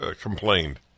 complained